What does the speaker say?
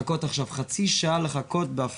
לחכות עכשיו חצי שעה בעפולה,